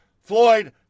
Floyd